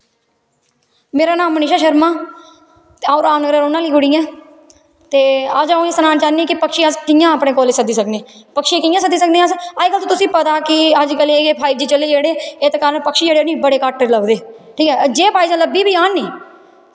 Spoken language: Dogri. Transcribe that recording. मेरा नांऽ मनीशा शर्मा ते अ'ऊं राम नगरे दी रौह्ने आह्ली कुड़ी ऐं ते अज्ज अ'ऊं एह् सनाना चाह्नी कि पक्षी अस कि'यां अपनें कश सद्दी सकने पक्षी कि'यां सद्दी सकने अस अजकल्ल ते तुसेंगी पता ऐ पाईज जी कले दे जेह्ड़ा इत्त कारन नी पक्षी जेह्ड़े बड़े घट्ट लब्भदे ठीक ऐ जे लब्भी बी जान नी